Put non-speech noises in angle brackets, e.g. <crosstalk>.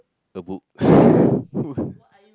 a book <breath>